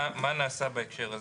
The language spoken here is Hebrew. מה נעשה בהקשר הזה?